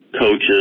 coaches